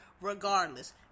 regardless